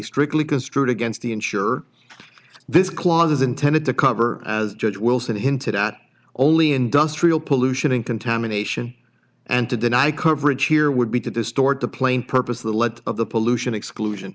strictly construed against the unsure this clause is intended to cover as judge wilson hinted at only industrial pollution in contamination and to deny coverage here would be to distort the plain purpose of the lead of the pollution exclusion